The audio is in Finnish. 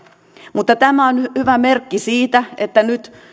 mutta tämä on hyvä merkki siitä että nyt